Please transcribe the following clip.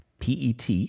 PET